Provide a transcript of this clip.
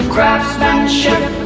Craftsmanship